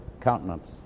countenance